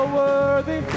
worthy